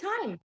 time